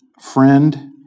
friend